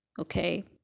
Okay